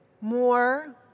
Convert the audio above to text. more